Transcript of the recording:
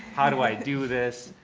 how do i do this,